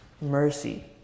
mercy